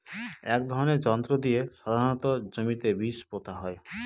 এক ধরনের যন্ত্র দিয়ে সাধারণত জমিতে বীজ পোতা হয়